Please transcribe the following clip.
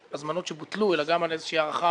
הזמנות שבוטלו אלא גם על איזושהי הערכה